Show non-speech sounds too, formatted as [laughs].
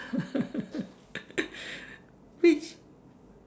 [laughs]